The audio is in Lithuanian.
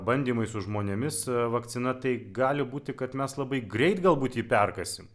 bandymai su žmonėmis vakcina tai gali būti kad mes labai greit galbūt jį perkąsim